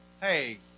Hey